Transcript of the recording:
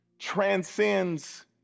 transcends